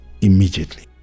Immediately